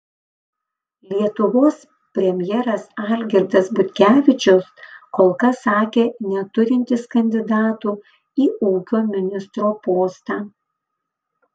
lietuvos premjeras algirdas butkevičius kol kas sakė neturintis kandidatų į ūkio ministro postą